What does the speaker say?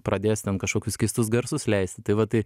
pradės ten kažkokius keistus garsus leisti tai va tai